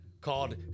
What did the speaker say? called